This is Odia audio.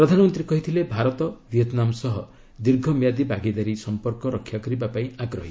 ପ୍ରଧାନମନ୍ତ୍ରୀ କହିଛନ୍ତି ଭାରତ' ଭିଏତନାମ ସହ ଦୀର୍ଘମିଆଦୀ ଭାଗିଦାରୀ ସମ୍ପର୍କ ରକ୍ଷା କରିବାକୁ ଆଗ୍ରହୀ